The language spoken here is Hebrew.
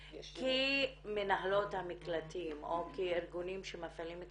כמנהלות המקלטים או ארגונים שמנהלים את